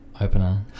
opener